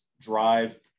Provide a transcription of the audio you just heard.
drive